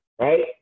right